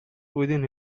within